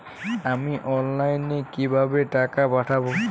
আমি অনলাইনে কিভাবে টাকা পাঠাব?